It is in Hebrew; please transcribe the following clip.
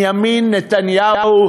בנימין נתניהו,